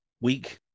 week